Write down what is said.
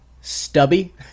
stubby